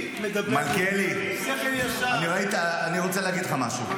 מלכיאלי, אני רוצה להגיד לך משהו,